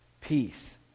Peace